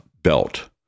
belt